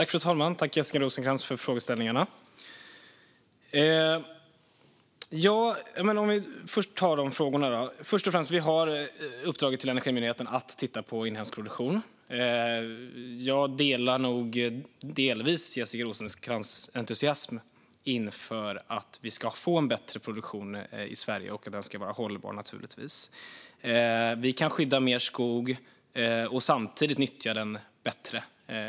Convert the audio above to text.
Fru talman! Tack för frågorna, Jessica Rosencrantz! Först och främst har Energimyndigheten ett uppdrag att titta på inhemsk produktion. Jag delar nog delvis Jessica Rosencrantz entusiasm inför att vi ska få en bättre produktion i Sverige och att den ska vara hållbar, naturligtvis. Vi kan skydda mer skog och samtidigt nyttja den bättre.